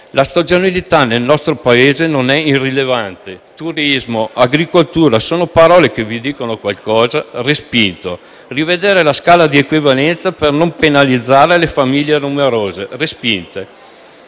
la stagionalità nel nostro Paese non è irrilevante (turismo e agricoltura: sono parole che vi dicono qualcosa?): respinto; rivedere la scala di equivalenza per non penalizzare le famiglie numerose: respinto.